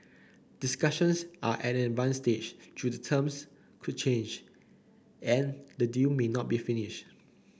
discussions are at an advanced stage though the terms could change and the deal may not be finished